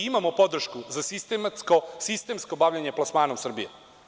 Imamo podršku za sistemsko bavljenje plasmanom Srbije.